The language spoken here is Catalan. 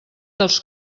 dels